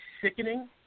sickening